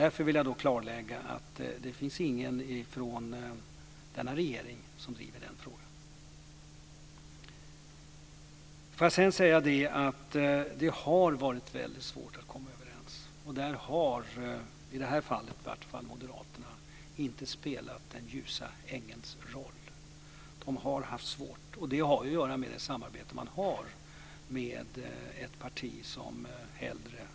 Därför vill jag klarlägga att det inte finns någon från denna regering som driver frågan. Det har varit svårt att komma överens. I det här fallet har i varje fall inte Moderaterna spelat den ljusa ängelns roll. De har haft det svårt. Det har att göra med det samarbete man har med ett parti som helst har cykelbanor.